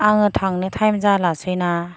आङो थांनो थाइम जालासैना